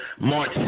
March